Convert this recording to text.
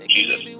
Jesus